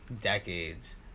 decades